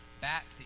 back